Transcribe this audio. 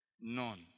None